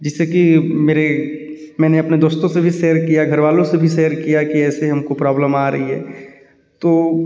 जैसे कि मेरे मैंने अपने दोस्तों से भी शेयर किया घरवालों से भी शेयर किया कि ऐसे हमको प्रॉब्लम आ रही है तो